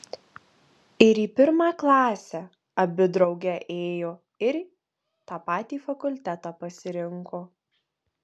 ir į pirmą klasę abi drauge ėjo ir tą patį fakultetą pasirinko